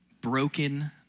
broken